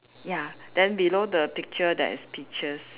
ya then below the picture there is peaches